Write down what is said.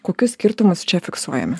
kokius skirtumus čia fiksuojame